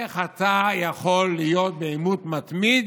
איך אתה יכול להיות בעימות מתמיד